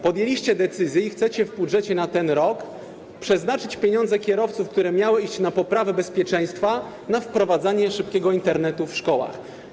Podjęliście decyzję i chcecie w budżecie na ten rok przeznaczyć pieniądze kierowców, które miały iść na poprawę bezpieczeństwa, na wprowadzanie szybkiego Internetu w szkołach.